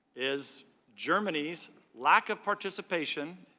is germany's lack of participation.